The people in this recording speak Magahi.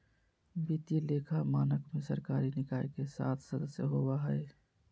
वित्तीय लेखा मानक में सरकारी निकाय के सात सदस्य होबा हइ